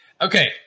Okay